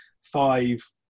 five